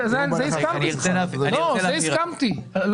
הסכמתי אתך.